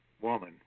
Woman